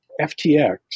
FTX